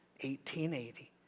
1880